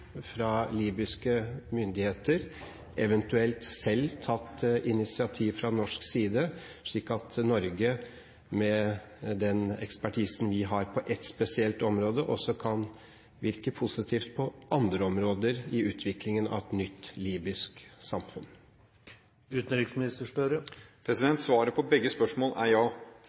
fra libyske myndigheter, eventuelt tatt initiativ fra norsk side, slik at Norge med den ekspertisen vi har på et spesielt område, også kan virke positivt på andre områder i utviklingen av et nytt libysk samfunn? Svaret på begge spørsmål er ja.